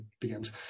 begins